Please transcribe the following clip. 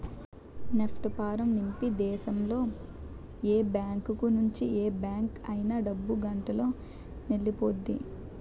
NEFT form నింపి దేశంలో ఏ బ్యాంకు నుంచి ఏ బ్యాంక్ అయినా డబ్బు గంటలోనెల్లిపొద్ది